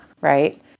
right